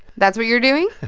that's what you're doing?